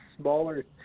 smaller